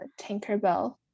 tinkerbell